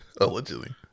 Allegedly